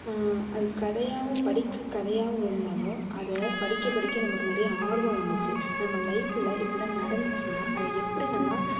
அது கதையாகவும் படிக்கக் கதையாகவும் இருந்தாலும் அதை படிக்க படிக்க நமக்கு நிறைய ஆர்வம் வந்துச்சு நம்ம லைஃப்பில் இப்பிட்லாம் நடந்துச்சுனா அதை எப்படி நம்ம